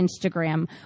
Instagram